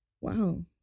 wow